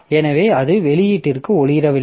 எனவே இது வெளியீட்டிற்கு ஒளிரவில்லை